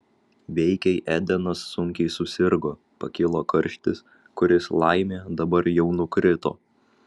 veikiai edenas sunkiai susirgo pakilo karštis kuris laimė dabar jau nukrito